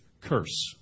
curse